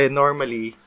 normally